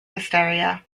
hysteria